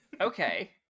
okay